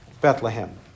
Bethlehem